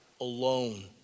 alone